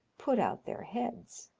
put out their heads.